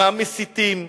מהמסיתים,